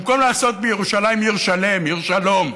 במקום לעשות מירושלים עיר שלם, עיר שלום,